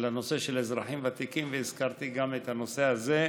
לנושא של אזרחים ותיקים, והזכרתי גם את הנושא הזה,